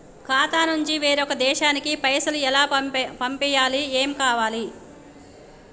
ఖాతా నుంచి వేరొక దేశానికి పైసలు ఎలా పంపియ్యాలి? ఏమేం కావాలి?